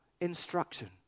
instruction